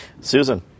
Susan